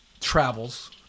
travels